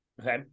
Okay